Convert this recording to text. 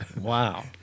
Wow